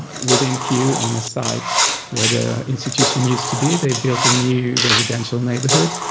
within kew on the site where the institution used to be. they built a new residential neighbourhood.